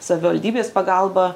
savivaldybės pagalba